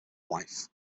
wife